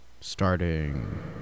starting